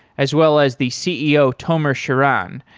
as well as the ceo tomer shiran.